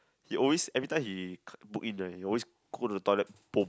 he always everytime he k~ book in right he always go to the toilet